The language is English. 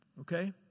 Okay